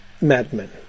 Madmen